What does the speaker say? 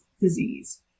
disease